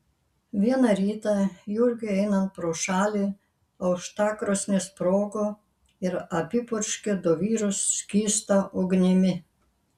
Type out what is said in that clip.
vieną rytą jurgiui einant pro šalį aukštakrosnė sprogo ir apipurškė du vyrus skysta ugnimi